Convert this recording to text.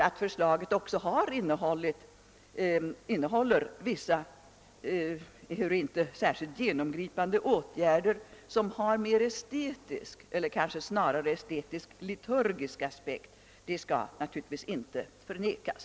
Att förslaget också innehåller vissa, ehuru inte särskilt genomgripande, åtgärder som har mer estetisk eller snarare estetisk-liturgisk aspekt skall inte förnekas.